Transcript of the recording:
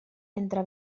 entre